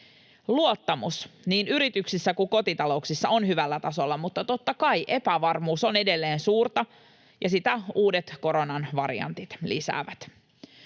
Luottamus niin yrityksissä kuin kotitalouksissa on hyvällä tasolla, mutta totta kai epävarmuus on edelleen suurta, ja sitä uudet koronan variantit lisäävät.